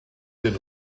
den